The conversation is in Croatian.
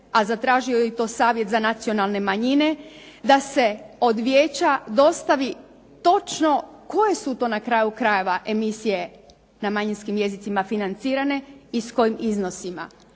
a zatražio je to i Savjet za nacionalne manjine da se od vijeća dostavi točno koje su to na kraju krajeva emisije na manjinskim jezicima financirane i s kojim iznosima.